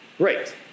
great